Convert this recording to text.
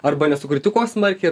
arba nesukritikuos smarkiai